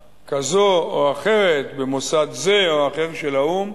כזו או אחרת במוסד זה או אחר של האו"ם